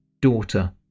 daughter